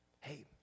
Hey